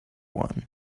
one